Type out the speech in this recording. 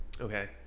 okay